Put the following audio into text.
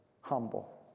Humble